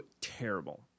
terrible